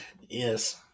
Yes